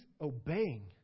obeying